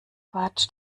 quatsch